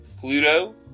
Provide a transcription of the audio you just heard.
Pluto